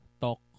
talk